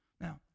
Now